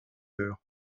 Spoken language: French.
heure